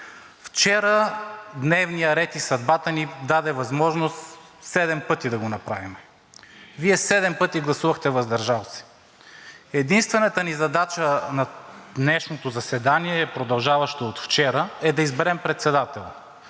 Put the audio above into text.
Вчера дневният ред и съдбата ни даде възможност седем пъти да го направим. Вие седем пъти гласувахте „въздържал се“. Единствената ни задача на днешното заседание, продължаващо от вчера, е да изберем председател.